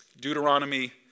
Deuteronomy